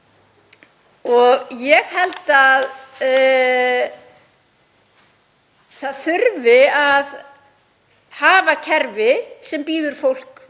úr. Ég held að það þurfi að hafa kerfi sem bíður fólk